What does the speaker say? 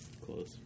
close